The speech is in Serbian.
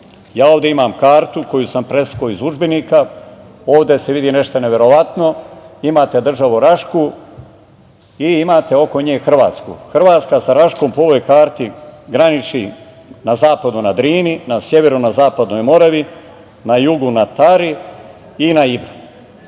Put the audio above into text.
Ja ovde imam kartu koju sam preslikao iz udžbenika, ovde se vidi nešto neverovatno, imate državu Rašku i imate oko nje Hrvatsku. Hrvatska sa Raškom po ovoj karti graniči na zapadu na Drini, na severu na zapadnoj Moravi, na jugu na Tari i na Ibru.